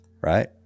Right